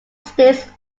states